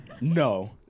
No